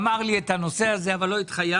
הוא אמר לי על הנושא הזה אבל לא התחייבתי.